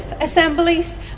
assemblies